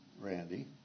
Randy